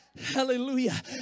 Hallelujah